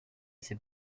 ses